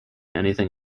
anything